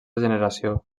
generació